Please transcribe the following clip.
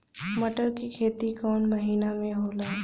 मटर क खेती कवन महिना मे होला?